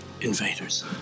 Invaders